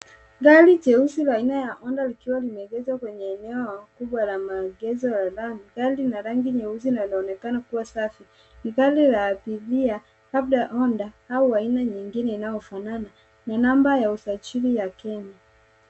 Gari jeusi aina ya honda likiwa limeegezwa kwenye eneo kubwa la maelegezo ya gari. Gari lina rangi nyeupe na laonekana kuwa safi. Ni gari la abiria au honda au aina nyingine inayofanana. Ni namba ya usajili ya kenya.